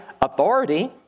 authority